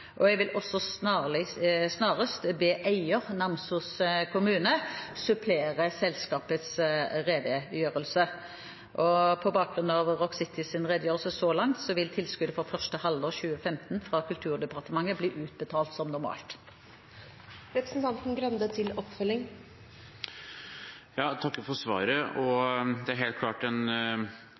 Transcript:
og Rock City spesielt. Jeg vil også snarest be eieren, Namsos kommune, supplere selskapets redegjørelse. På bakgrunn av Rock Citys redegjørelse så langt vil tilskuddet for første halvår 2015 fra Kulturdepartementet bli utbetalt som normalt. Jeg takker for svaret. Det er helt klart en